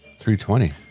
320